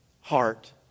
heart